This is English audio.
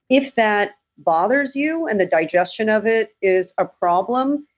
if that bothers you, and the digestion of it is a problem,